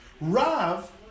Rav